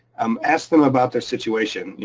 um ask them about their situation,